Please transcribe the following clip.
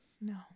No